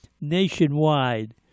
nationwide